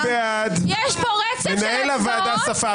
מנהל הוועדה ספר.